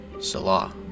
Salah